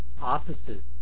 opposite